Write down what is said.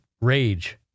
rage